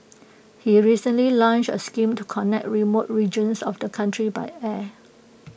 he recently launched A scheme to connect remote regions of the country by air